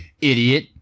idiot